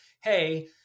Hey